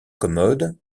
commode